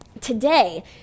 today